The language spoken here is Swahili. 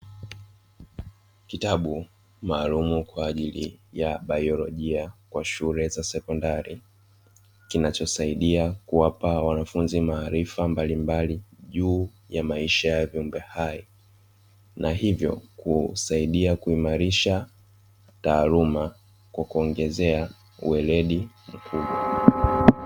Kitabu maalumu kwa ajili ya biolojia kwa shule za sekondari kinachosaidia kuwapa wanafunzi maarifa mbalimbali juu ya maisha ya viumbe hai, na hivyo kusaidia kuimarisha taaluma kwa kuongezea uweledi mkubwa.